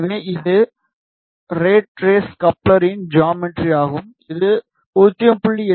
எனவே இது rat race கப்ளரின் ஜாமெட்ரி ஆகும் இது 0